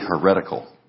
heretical